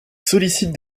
sollicite